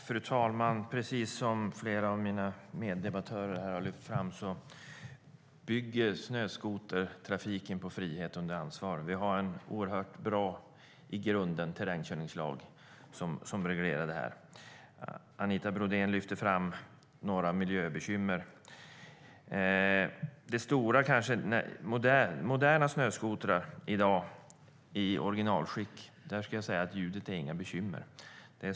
Fru talman! Precis som flera av mina meddebattörer har lyft fram bygger snöskotertrafiken på frihet under ansvar. Vi har i grunden en bra terrängkörningslag som reglerar detta. Anita Brodén tog upp några miljöbekymmer. När det gäller moderna snöskotrar i originalutförande skulle jag säga att ljudet inte är något bekymmer.